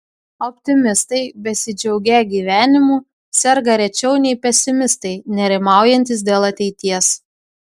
optimistai besidžiaugią gyvenimu serga rečiau nei pesimistai nerimaujantys dėl ateities